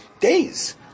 days